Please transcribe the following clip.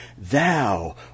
Thou